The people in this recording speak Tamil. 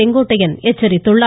செங்கோட்டையன் எச்சரித்துள்ளார்